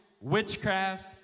witchcraft